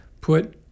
put